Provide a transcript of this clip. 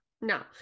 no